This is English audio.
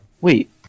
Wait